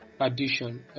addition